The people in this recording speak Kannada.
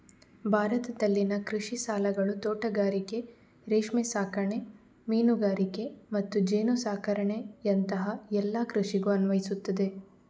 ಭಾರತದಲ್ಲಿನ ಕೃಷಿ ಸಾಲಗಳು ತೋಟಗಾರಿಕೆ, ರೇಷ್ಮೆ ಸಾಕಣೆ, ಮೀನುಗಾರಿಕೆ ಮತ್ತು ಜೇನು ಸಾಕಣೆಯಂತಹ ಎಲ್ಲ ಕೃಷಿಗೂ ಅನ್ವಯಿಸ್ತದೆ